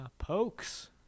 Pokes